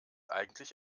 eigentlich